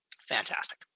Fantastic